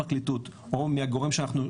ככל שנדרשים מהפרקליטות או מהגורם שאנחנו,